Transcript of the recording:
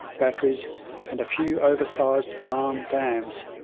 batteries and a few oversized farm dams.